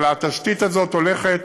אבל התשתית הזאת הולכת